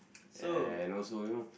and also you know